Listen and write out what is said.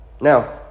Now